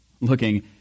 looking